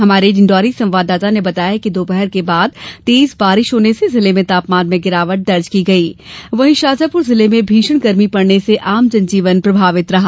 हमारे डिण्डौरी संवाददाता ने बताया है कि दोपहर बाद तेज बारिश होने से जिले में तापमान में गिरावट दर्ज की गई वहीं शाजापुर जिले में भीषण गर्मी पड़ने से आम जनजीवन प्रभावित रहा